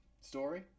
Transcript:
story